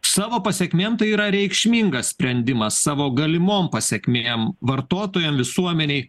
savo pasekmėm tai yra reikšmingas sprendimas savo galimom pasekmėm vartotojam visuomenei